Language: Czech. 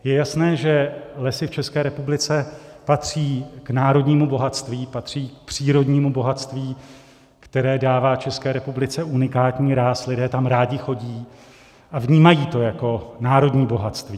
Je jasné, že lesy v České republice patří k národnímu bohatství, patří k přírodnímu bohatství, které dává České republice unikátní ráz, lidé tam rádi chodí a vnímají to jako národní bohatství.